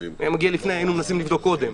אם זה היה מגיע לפני, היינו מנסים לבדוק קודם.